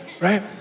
right